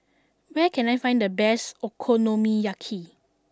where can I find the best Okonomiyaki